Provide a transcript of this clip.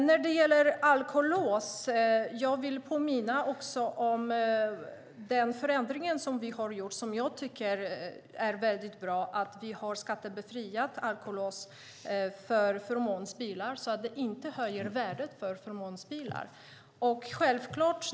När det gäller alkolås vill jag påminna om den förändring vi har gjort som jag tycker är väldigt bra, att vi har skattebefriat alkolås för förmånsbilar så att det inte höjer värdet för förmånsbilar.